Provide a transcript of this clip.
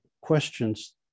questions